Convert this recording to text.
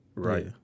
Right